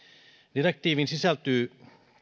direktiiviin sisältyy